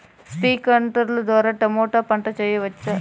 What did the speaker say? స్ప్రింక్లర్లు ద్వారా టమోటా పంట చేయవచ్చా?